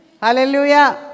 Hallelujah